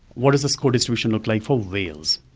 what is the score distribution look like for veils?